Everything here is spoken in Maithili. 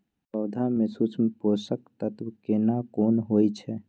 पौधा में सूक्ष्म पोषक तत्व केना कोन होय छै?